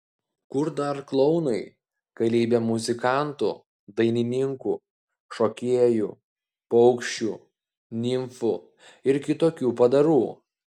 kur dar klounai galybė muzikantų dainininkų šokėjų paukščių nimfų ir kitokių padarų